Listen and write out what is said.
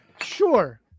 Sure